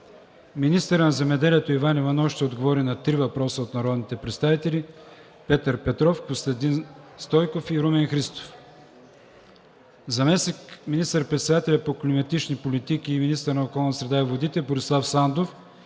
министърът на земеделието Иван Иванов ще отговори на два въпроса от народните представители Петър Петров; Костадин Стойков и Румен Христов; - заместник министър-председателят по климатични политики и министър на околната среда и водите Борислав Сандов